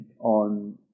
on